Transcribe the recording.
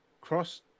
cross